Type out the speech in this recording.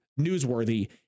newsworthy